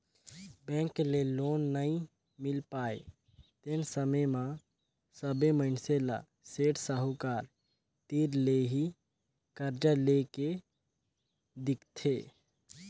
bank ले loan नइ मिल पाय तेन समे म सबे मइनसे ल सेठ साहूकार तीर ले ही करजा लेए के दिखथे